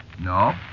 No